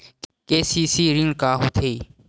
KCC ऋण का होथे?